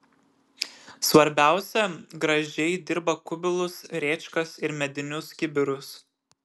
svarbiausia gražiai dirba kubilus rėčkas ir medinius kibirus